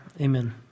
amen